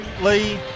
Lee